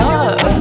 up